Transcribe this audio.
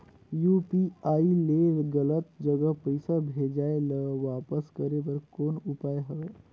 UPI ले गलत जगह पईसा भेजाय ल वापस करे बर कौन उपाय हवय?